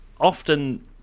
often